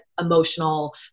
emotional